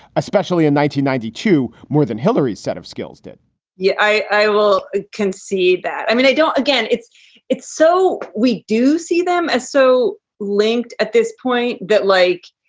especially in nineteen ninety two more than hillary's set of skills. did you? yeah i will concede that. i mean, i don't. again, it's it's so we do see them as so linked at this point that like